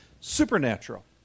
supernatural